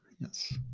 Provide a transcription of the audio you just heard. yes